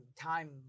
time